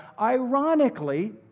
ironically